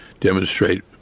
demonstrate